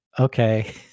Okay